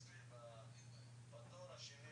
כי זה מה שאני